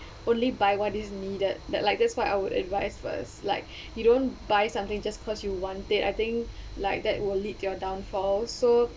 only buy what is needed that like that's why I would advise first like you don't buy something just cause you want it I think like that will lead your downfall so